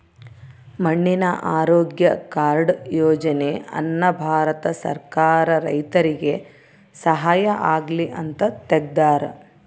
ಮಣ್ಣಿನ ಆರೋಗ್ಯ ಕಾರ್ಡ್ ಯೋಜನೆ ಅನ್ನ ಭಾರತ ಸರ್ಕಾರ ರೈತರಿಗೆ ಸಹಾಯ ಆಗ್ಲಿ ಅಂತ ತೆಗ್ದಾರ